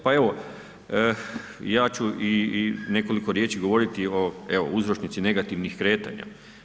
Pa evo, ja ću i nekoliko riječi govoriti o evo uzročnici negativnih kretanja.